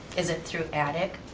is it through attic?